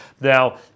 Now